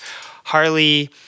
Harley